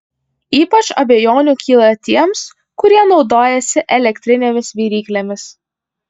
ypač abejonių kyla tiems kurie naudojasi elektrinėmis viryklėmis